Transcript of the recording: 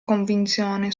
convinzione